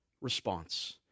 response